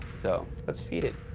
so let's feed it,